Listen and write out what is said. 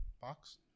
box